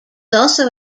also